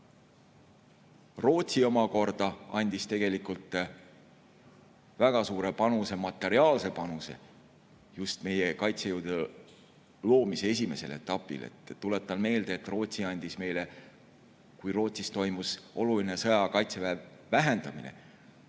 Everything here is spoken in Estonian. Rootsi omakorda andis tegelikult väga suure panuse, materiaalse panuse just meie kaitsejõudude loomise esimesel etapil. Tuletan meelde, et kui Rootsis toimus oluline sõja- ja kaitseväe vähendamine